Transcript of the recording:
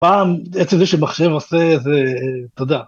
פעם, עצם זה שמחשב עושה איזה תודה.